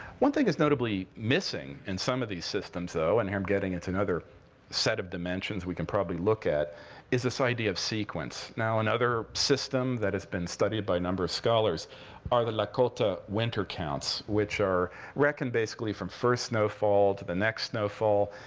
one thing that's notably missing in some of these systems, though and here i'm getting into another set of dimensions we can probably look at is this idea of sequence. now, another system that has been studied by a number of scholars are the lakota winter counts, which are reckoned basically from first snowfall to the next snowfall.